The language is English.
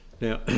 Now